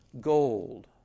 gold